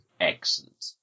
excellent